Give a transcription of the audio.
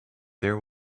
there